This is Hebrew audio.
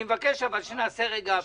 אני מבקש שנעשה רגע הפסקה.